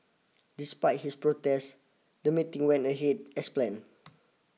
despite his protest the meeting went ahead as planned